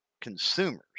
consumers